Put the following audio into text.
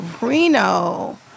Reno